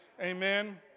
Amen